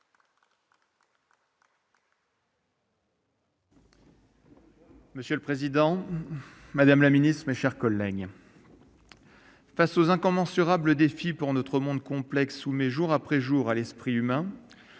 Monsieur le président, madame la ministre, mes chers collègues, face aux incommensurables défis que notre monde complexe soumet jour après jour à l'esprit humain,